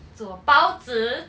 做包子